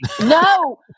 No